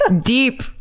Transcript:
deep